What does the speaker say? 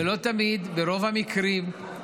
ולא תמיד, ברוב המקרים,